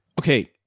Okay